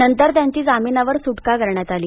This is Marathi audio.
नंतर त्यांची जामिनावर सुटका करण्यात आली